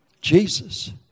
Jesus